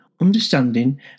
understanding